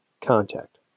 contact